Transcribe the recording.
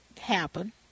happen